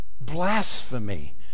Blasphemy